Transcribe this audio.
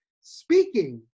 speaking